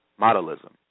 modelism